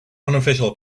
unofficial